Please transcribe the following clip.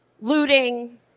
Looting